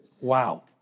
Wow